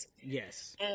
Yes